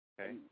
Okay